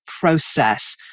process